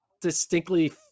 distinctly